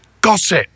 gossip